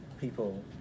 people